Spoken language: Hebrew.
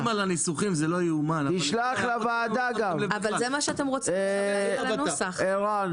אבל זה מה שאתם רוצים עכשיו --- ערן,